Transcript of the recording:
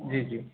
जी जी